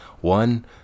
One